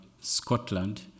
Scotland